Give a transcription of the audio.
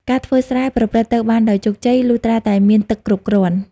ការធ្វើស្រែប្រព្រឹត្តទៅបានដោយជោគជ័យ លុះត្រាតែមានទឹកគ្រប់គ្រាន់។